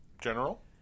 general